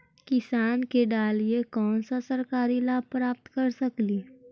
किसान के डालीय कोन सा सरकरी लाभ प्राप्त कर सकली?